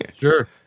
Sure